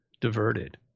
diverted